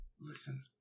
Listen